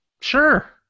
Sure